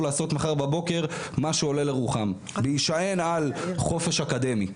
לעשות מחר בבוקר מה שעולה לרוחם בהישען על חופש אקדמי.